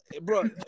Bro